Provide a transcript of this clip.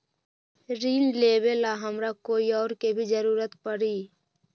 ऋन लेबेला हमरा कोई और के भी जरूरत परी?